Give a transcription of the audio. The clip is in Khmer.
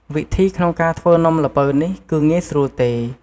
វិធីក្នុងការធ្វើនំល្ពៅនេះគឺងាយស្រួលទេ។